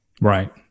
Right